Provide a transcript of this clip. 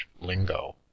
lingo